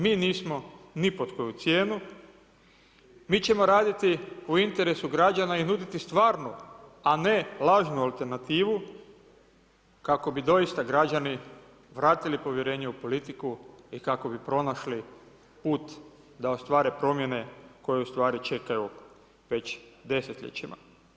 Mi nismo ni pod koju cijenu, mi ćemo raditi u interesu građana i nuditi stvarnu, a ne lažnu alternativu, kako bi doista građani vratili povjerenje u politiku i kako bi pronašli put da ostvare promjene koje u stvari čekaju već desetljećima.